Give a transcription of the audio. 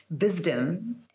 wisdom